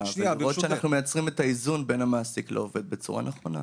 ולראות שאנחנו מייצרים את האיזון בין המעסיק לעובד בצורה נכונה.